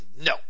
no